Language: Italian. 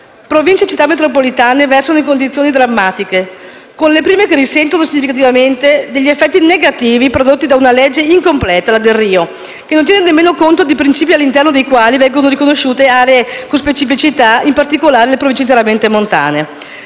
Province e Città metropolitane versano in condizioni drammatiche, con le prime che risentono significativamente degli effetti negativi prodotti da una legge incompleta (la legge Delrio), che non tiene nemmeno conto di principi all'interno dei quali vengono riconosciute aree con specificità, in particolare le Province interamente montane.